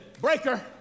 breaker